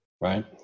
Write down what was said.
Right